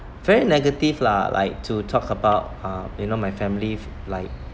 very negative lah like to talk about uh you know my family like